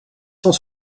cent